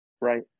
right